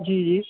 जी जी